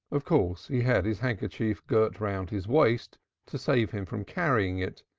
of course he had his handkerchief girt round his waist to save him from carrying it,